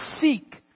seek